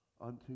unto